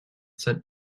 sent